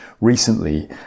recently